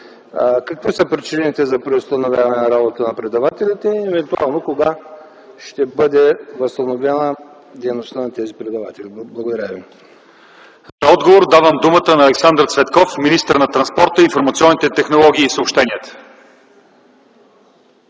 какви са причините за преустановяване работата на предавателите и евентуално кога ще бъде възстановена дейността на тези предаватели? Благодаря Ви.